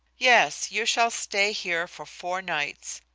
yes you shall stay here for four nights,